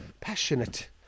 passionate